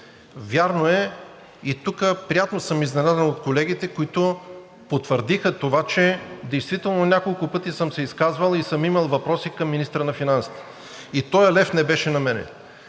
Вярно е – и тук приятно съм изненадан от колегите, които потвърдиха това, че действително няколко пъти съм се изказвал и съм имал въпроси към министъра на финансите, и този лев не беше намерен.